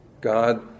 God